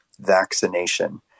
vaccination